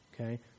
okay